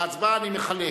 בהצבעה אני מחלק,